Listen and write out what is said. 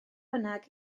bynnag